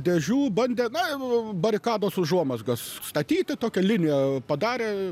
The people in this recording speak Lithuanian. dėžių bandė na barikados užuomazgas statyti tokią liniją padarė